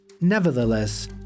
Nevertheless